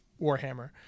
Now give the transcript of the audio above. Warhammer